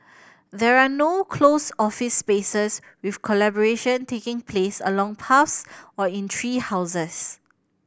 there are no closed office spaces with collaboration taking place along paths or in tree houses